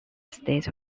state